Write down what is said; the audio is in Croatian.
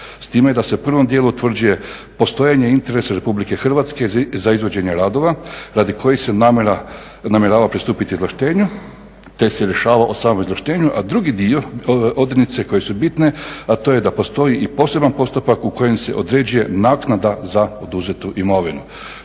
s time da se u prvom dijelu utvrđuje postojanje interesa Republike Hrvatske za izvođenje radova radi kojih se namjerava pristupiti izvlaštenju, te se rješava o samom izvlaštenju, a drugi dio odrednice koje su bitne, a to je da postoji i poseban postupak u kojem se određuje naknada za oduzetu imovinu.